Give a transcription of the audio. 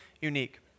unique